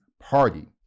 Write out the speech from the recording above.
Party